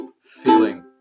feeling